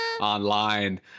online